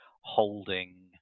holding